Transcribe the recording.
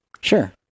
Sure